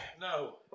No